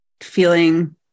feeling